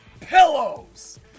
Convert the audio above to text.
pillows